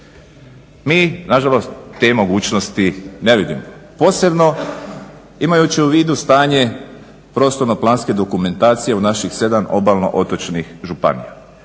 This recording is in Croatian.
Mi na žalost te mogućnosti ne vidimo posebno imajući u vidu stanje prostorno-planske dokumentacije u naših 7 obalno-otočnih županija.